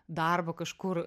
darbo kažkur